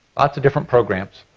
lots of different programs.